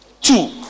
Two